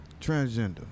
transgender